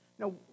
Now